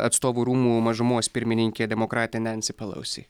atstovų rūmų mažumos pirmininkė demokratė nensi pelosi